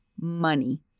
money